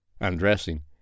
Undressing